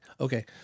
okay